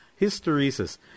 Hysteresis